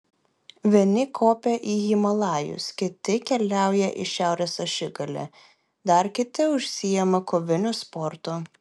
vieni kopia į himalajus kiti keliauja į šiaurės ašigalį dar kiti užsiima koviniu sportu